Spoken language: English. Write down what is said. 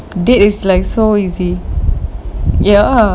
like the date is like so easy ya